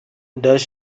does